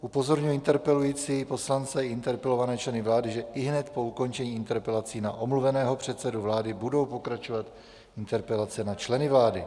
Upozorňuji interpelující poslance i interpelované členy vlády, že ihned po ukončení interpelací na omluveného předsedu vlády budou pokračovat interpelace na členy vlády.